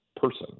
person